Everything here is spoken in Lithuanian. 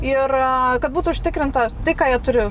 ir kad būtų užtikrinta tai ką jie turi